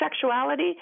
sexuality